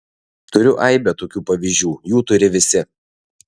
turiu aibę tokių pavyzdžių jų turi visi